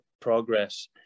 progress